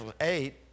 eight